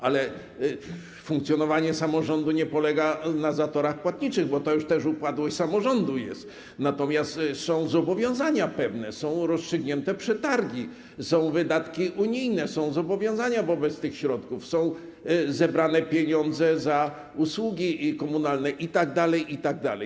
Problem z funkcjonowaniem samorządu nie polega na zatorach płatniczych, bo to jest też już upadłość samorządu, natomiast są pewne zobowiązania, są rozstrzygnięte przetargi, są wydatki unijne, są zobowiązania wobec tych środków, są zebrane pieniądze za usługi komunalne itd., itd.